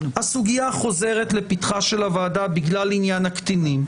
הסוגיה חוזרת לפתחה של הוועדה בגלל עניין הקטינים,